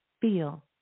feel